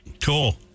Cool